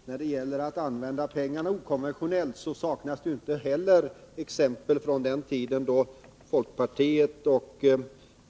Herr talman! När det gäller att använda pengarna okonventionellt saknas det inte heller exempel från den tid då företrädare för folkpartiet och andra